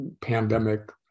pandemic